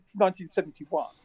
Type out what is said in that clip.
1971